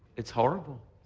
it's horrible.